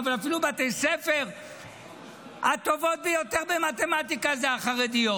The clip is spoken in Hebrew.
אבל אפילו בבתי ספר הטובות ביותר במתמטיקה הן החרדיות.